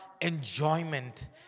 enjoyment